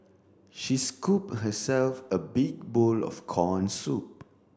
she scoop herself a big bowl of corn soup